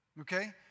okay